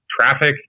traffic